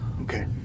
Okay